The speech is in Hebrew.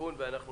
אני מקווה מאוד.